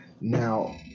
now